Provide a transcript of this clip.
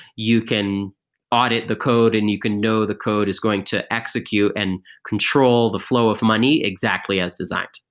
you can audit the code and you can know the code is going to execute and control the flow of money exactly as designed.